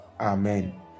Amen